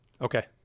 Okay